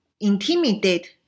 intimidate